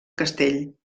castell